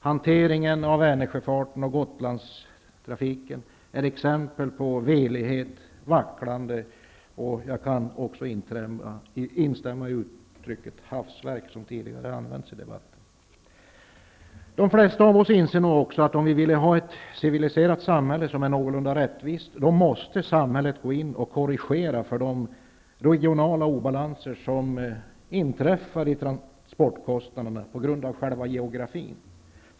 Hanteringen av Vänersjöfarten och Gotlandstrafiken är exempel på velighet och vacklande. Jag kan också instämma i uttrycket hafsverk, som tidigare använts i debatten. De flesta av oss inser nog att om vi vill ha ett civiliserat samhälle som är någorlunda rättvist, måste samhället gå in och korrigera för de regionala obalanser i fråga om transportkostnader som inträffar på grund av själva geografin.